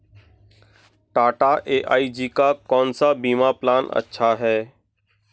Tata AIG का कौन सा बीमा प्लान अच्छा है?